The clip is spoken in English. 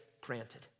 granted